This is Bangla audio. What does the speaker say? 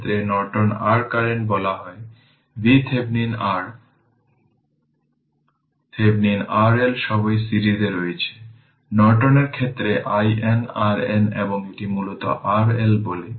সুতরাং ফলাফল হবে i2 i1 এবং তার মানে আমার i y মূলত i2 i1 i তাই এটি i